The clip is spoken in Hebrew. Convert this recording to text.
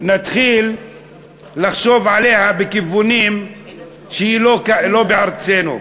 נתחיל לחשוב עליה בכיוונים שהיא לא בארצנו.